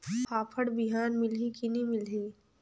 फाफण बिहान मिलही की नी मिलही?